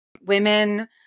women